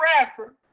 Bradford